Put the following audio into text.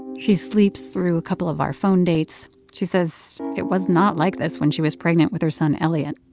she sleeps through a couple of our phone dates. she says it was not like this when she was pregnant with her son elliott.